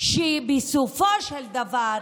שבסופו של דבר